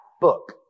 book